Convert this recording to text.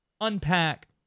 unpack